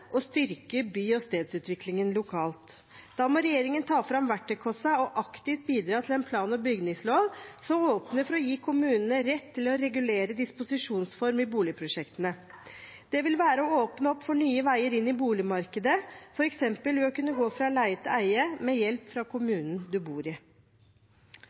og styrke by- og stedsutviklingen lokalt. Da må regjeringen ta fram verktøykassa og aktivt bidra til en plan- og bygningslov som åpner for å gi kommunene rett til å regulere disposisjonsform i boligprosjektene. Det vil være å åpne opp for nye veier inn i boligmarkedet, f.eks. ved å kunne gå fra leie til eie med hjelp fra kommunen man bor i.